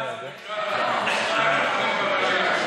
חבר הכנסת מוסי רז, זה נקרא שניים לחלק ברגליים.